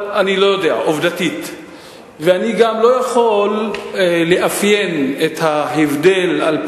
אני לא מדבר פה כיושב-ראש הלובי